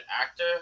actor